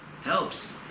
helps